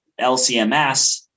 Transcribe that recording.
LCMS